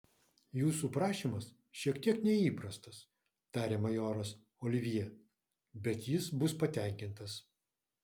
jūsų prašymas šiek tiek neįprastas tarė majoras olivjė bet jis bus patenkintas